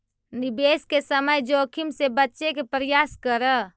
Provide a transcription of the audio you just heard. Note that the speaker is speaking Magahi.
निवेश के समय जोखिम से बचे के प्रयास करऽ